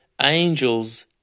angels